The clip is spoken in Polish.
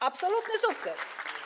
Absolutny sukces.